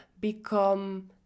become